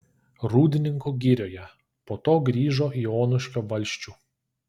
rūdninkų girioje po to grįžo į onuškio valsčių